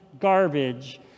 garbage